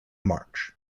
march